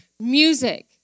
music